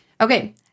okay